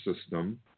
system